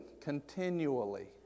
Continually